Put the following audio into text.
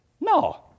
no